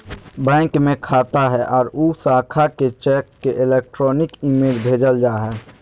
bank में खाता हइ और उ शाखा के चेक के इलेक्ट्रॉनिक इमेज भेजल जा हइ